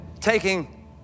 taking